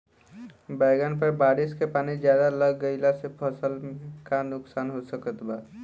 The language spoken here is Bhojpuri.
बैंगन पर बारिश के पानी ज्यादा लग गईला से फसल में का नुकसान हो सकत बा?